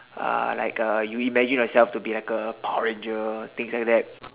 uh like uh you imagine yourself to be like a power ranger things like that